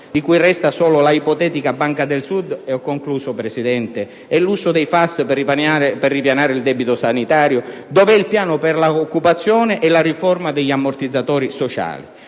di cui resta solo un'ipotetica Banca del Sud e l'uso dei FAS per ripianare il debito sanitario? Dove è il piano per l'occupazione e la riforma degli ammortizzatori sociali?